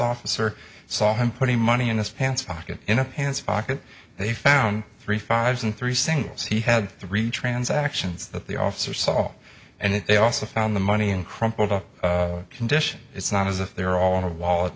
officer saw him put the money in his pants pocket in a pants pocket they found three fives and three singles he had three transactions that the officer saw and they also found the money in crumpled up condition it's not as if they were all in a wallet